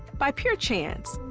by pure chance,